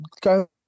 go